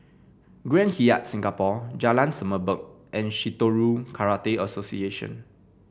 Grand Hyatt Singapore Jalan Semerbak and Shitoryu Karate Association